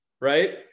right